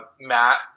Matt